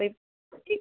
അപ്പം ഇത്